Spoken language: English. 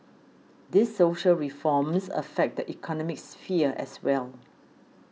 these social reforms affect the economic sphere as well